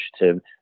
Initiative